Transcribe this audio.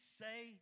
say